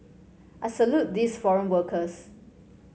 I salute these foreign workers